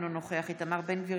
אינו נוכח איתמר בן גביר,